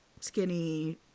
skinny